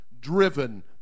driven